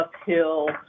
uphill